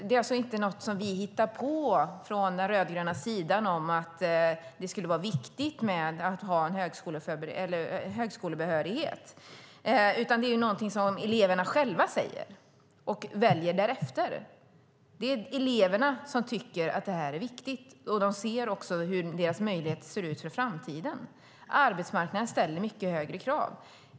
Det är inte så att vi på den rödgröna sidan hittat på att det är viktigt att ha högskolebehörighet, utan det är någonting som eleverna själva säger. Och därefter väljer man. Det är alltså eleverna som tycker att det här är viktigt. De ser också på hur deras möjligheter för framtiden ser ut. Arbetsmarknaden ställer mycket högre krav.